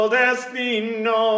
destino